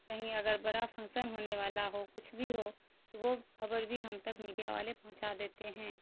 کہیں اگر بڑا فنکسن ہونے والا ہو کچھ بھی ہو تو وہ خبر بھی ہم تک میڈیا والے پہنچا دیتے ہیں